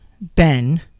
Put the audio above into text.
Ben